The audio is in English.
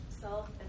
self